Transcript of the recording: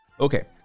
Okay